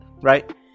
right